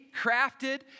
crafted